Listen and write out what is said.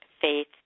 Faith